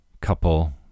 couple